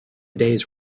days